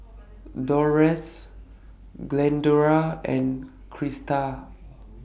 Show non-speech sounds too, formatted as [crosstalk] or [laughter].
Dolores Glendora and Krista [noise]